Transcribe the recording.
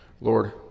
Lord